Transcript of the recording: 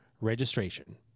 registration